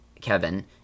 Kevin